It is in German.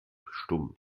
stumm